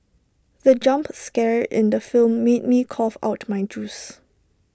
the jump scare in the film made me cough out my juice